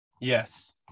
Yes